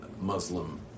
Muslim